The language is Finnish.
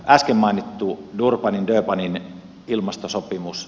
äsken mainittu durbanin ilmastosopimus